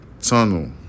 tunnel